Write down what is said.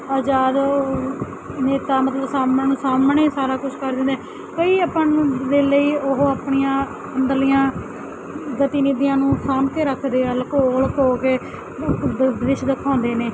ਆਜ਼ਾਦ ਨੇਤਾ ਮਤਲਬ ਸਾਮਣ ਸਾਹਮਣੇ ਸਾਰਾ ਕੁਛ ਕਰ ਦਿੰਦੇ ਕਈ ਆਪਾਂ ਨੂੰ ਦੇ ਲਈ ਉਹ ਆਪਣੀਆਂ ਅੰਦਰਲੀਆਂ ਗਤੀਵਿਧੀਆਂ ਨੂੰ ਸਾਂਭ ਕੇ ਰੱਖਦੇ ਆ ਲੁਕੋ ਲੁਕੋ ਕੇ ਦ ਦ੍ਰਿਸ਼ ਦਿਖਾਉਂਦੇ ਨੇ